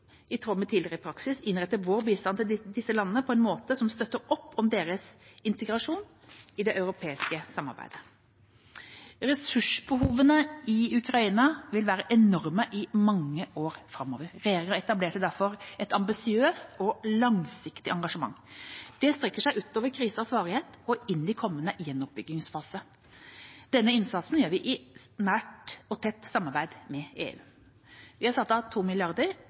i tråd med tidligere praksis, innrette sin bistand til disse landene på en måte som støtter opp om deres integrasjon i det europeiske samarbeidet. Ressursbehovene i Ukraina vil være enorme i mange år framover. Regjeringa etablerer derfor et ambisiøst og langsiktig engasjement. Det strekker seg utover krisens varighet og inn i en kommende gjenoppbyggingsfase. Denne innsatsen gjør vi i nært og tett samarbeid med EU. Vi har satt av